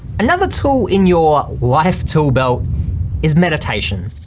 another tool in your life tool belt is meditation.